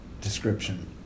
description